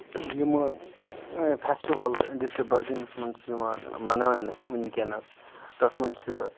یِمہٕ فیٚسٹِولہٕ ڈِسٹرک بَڈگٲمِس مَنٛز چھِ یِوان مَناونہٕ وُنکیٚنَس تتھ مَنٛز چھِ